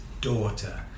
daughter